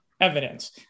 evidence